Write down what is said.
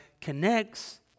connects